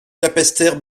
capesterre